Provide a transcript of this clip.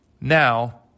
now